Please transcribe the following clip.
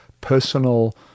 personal